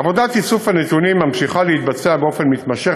עבודת איסוף הנתונים ממשיכה להתבצע באופן מתמשך